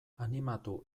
animatu